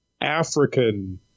African